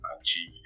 achieve